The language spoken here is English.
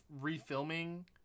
refilming